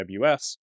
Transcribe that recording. AWS